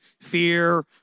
fear